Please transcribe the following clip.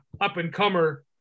up-and-comer